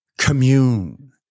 commune